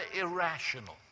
irrational